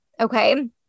Okay